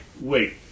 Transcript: wait